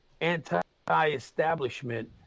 anti-establishment